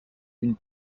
une